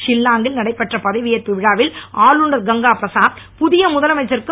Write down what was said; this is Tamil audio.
ஷில்லாங் இல் நடைபெற்ற பதவியேற்பு விழாவில் ஆளுநர் திருகங்கா பிரசாத் புதிய முதலமைச்சருக்கும்